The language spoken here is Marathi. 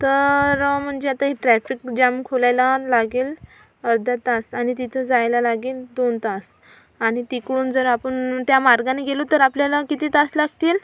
तर म्हणजे आता हे ट्रॅफिक जाम खुलायला लागेल अर्धा तास आणि तिथं जायला लागेन दोन तास आणि तिकडून जर आपण त्या मार्गाने गेलो तर आपल्याला किती तास लागतील